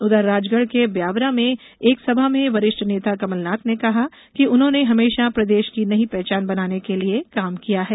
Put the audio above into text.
उधर राजगढ के ब्यावरा में एक सभा में वरिष्ठ नेता कमलनाथ ने कहा कि उन्होंने हमेंशा प्रदेश की नई पहचान बनाने के लिये काम किया है